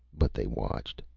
but they watched.